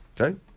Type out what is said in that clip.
Okay